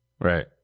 right